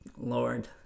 Lord